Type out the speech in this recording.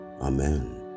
Amen